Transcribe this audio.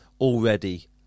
already